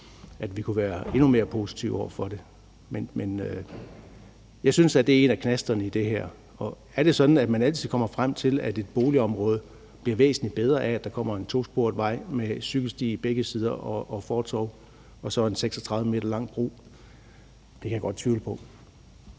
at vi kunne være endnu mere positive over for det. Men jeg synes, at det er en af knasterne i det her. Er det sådan, at man altid kommer frem til, at et boligområde bliver væsentlig bedre af, at der kommer en tosporet vej med cykelsti i begge sider og fortov og så en 36 m lang bro. Det kan jeg godt tvivle på.